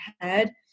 head